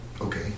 Okay